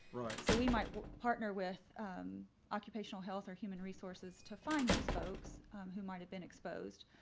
right. so we might partner with occupational health or human resources to find those folks who might have been exposed.